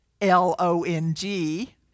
L-O-N-G